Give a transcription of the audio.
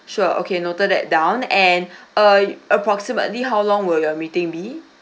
sure okay noted that down and uh approximately how long will your meeting be